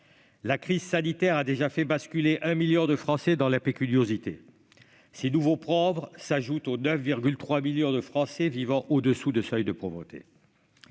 La crise sanitaire a déjà fait basculer un million de Français dans l'impécuniosité. Ces nouveaux pauvres s'ajoutent aux 9,3 millions de Français vivant au-dessous du seuil de pauvreté.